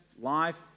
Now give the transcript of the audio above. life